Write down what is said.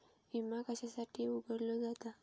विमा कशासाठी उघडलो जाता?